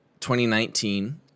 2019